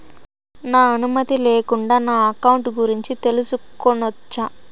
నా అనుమతి లేకుండా నా అకౌంట్ గురించి తెలుసుకొనొచ్చా?